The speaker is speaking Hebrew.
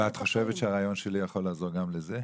ואת חושבת שהרעיון שלי יכול לעזור גם לזה?